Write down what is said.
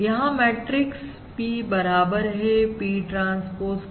यहां matrix P बराबर है P ट्रांसपोज के